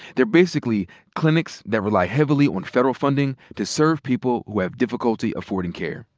they're basically clinics that rely heavily on federal funding to serve people who have difficulty affording care.